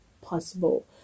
possible